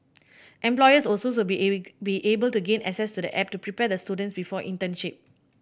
employers be be able to gain access to the app to prepare the students before internship